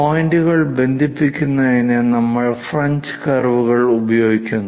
പോയിന്റുകൾ ബന്ധിപ്പിക്കുന്നതിന് നമ്മൾ ഫ്രഞ്ച് കർവുകൾ ഉപയോഗിക്കുന്നു